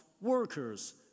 workers